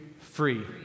free